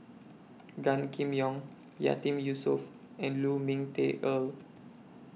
Gan Kim Yong Yatiman Yusof and Lu Ming Teh Earl